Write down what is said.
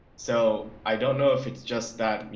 so i don't know if it's just that, you